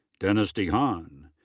dennis dehaan.